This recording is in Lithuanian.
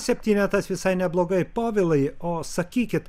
septynetas visai neblogai povilai o sakykit